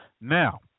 now